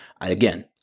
Again